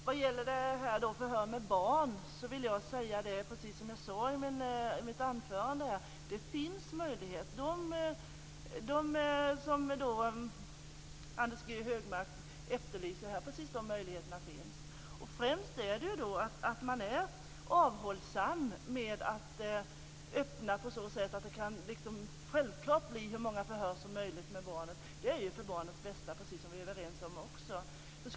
Herr talman! Vad gäller förhör med barn vill jag säga, precis som jag sade i mitt anförande, att det finns möjligheter. Precis de möjligheter som Anders G Högmark efterlyser här finns. Främst handlar det om att vara avhållsam med att öppna för att det blir självklart att hålla hur många förhör som helst med barnet. Det är ju för barnets bästa, precis som vi är överens om.